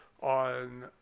on